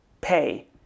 pay